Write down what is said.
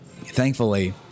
thankfully